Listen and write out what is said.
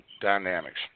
dynamics